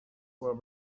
were